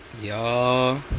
Y'all